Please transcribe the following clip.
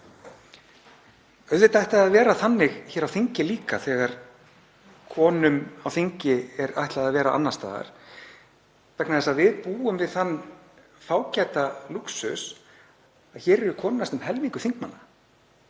Auðvitað ætti það að vera þannig hér á þingi líka þegar konum á þingi er ætlað að vera annars staðar vegna þess að við búum við þann fágæta lúxus að hér eru konur næstum helmingur þingmanna.